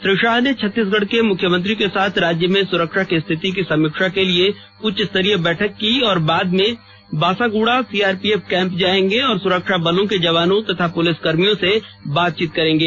श्री शाह ने छत्तीसगढ़ के मुख्यमंत्री के साथ राज्य में सुरक्षा की स्थिति की समीक्षा के लिए उच्च स्तरीय बैठक की और बाद में Basaguda C R P F camp जायेंगे और सुरक्षा बल के जवानों तथा पुलिसकर्मियों से बातचीत करेंगे